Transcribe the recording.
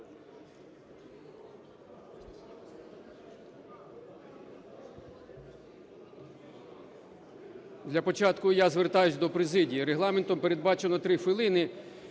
Для початку я звертаюся до президії. Регламентом передбачено 3 хвилини.